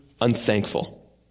unthankful